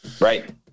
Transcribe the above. Right